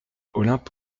olympe